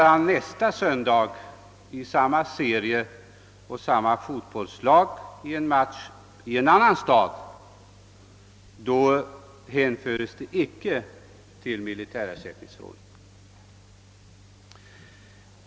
Om han en annan söndag deltar i samma serie och i samma fotbollslag i en match i en annan stad, så faller den skada han kan råka ut för inte under militärersättningsförordningen.